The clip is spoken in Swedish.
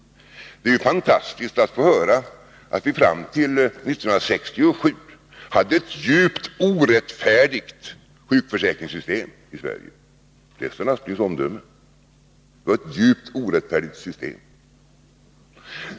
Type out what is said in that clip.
Det är fantastiskt att få höra att vi fram till 1967 hade ett ”djupt orättfärdigt” sjukförsäkringssystem i Sverige —- det är Sven Asplings omdöme.